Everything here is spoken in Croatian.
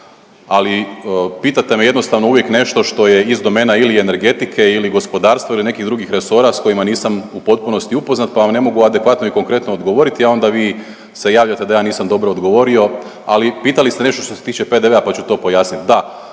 Ali pitate me jednostavno uvijek nešto što je iz domena ili energetike ili gospodarstva ili nekih drugih resora sa kojima nisam u potpunosti upoznat pa vam ne mogu adekvatno i konkretno odgovoriti, a onda vi se javljate da ja nisam dobro odgovorio. Ali pitali ste nešto što se tiče PDV-a pa ću to pojasniti.